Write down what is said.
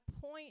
point